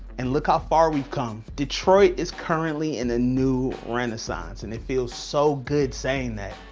and look how far we've come. detroit is currently in a new renaissance and it feels so good saying that.